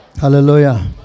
hallelujah